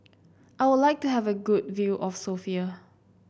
I would like to have a good view of Sofia